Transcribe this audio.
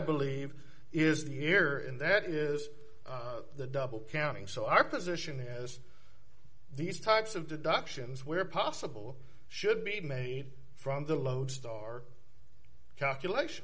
believe is the here in that is the double counting so our position is these types of deductions where possible should be made from the lodestar calculation